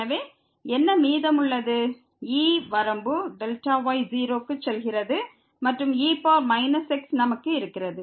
எனவே என்ன மீதமுள்ளது e வரம்பு y 0 க்கு செல்கிறது மற்றும் e x நமக்கு இருக்கிறது